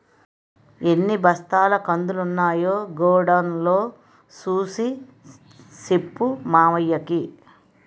ఎన్ని బస్తాల కందులున్నాయో గొడౌన్ లో సూసి సెప్పు మావయ్యకి